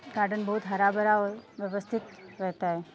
garden बहुत हरा भरा हो व्यवस्थित रहता है